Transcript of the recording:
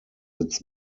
its